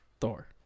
Thor